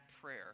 prayer